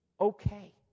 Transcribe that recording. okay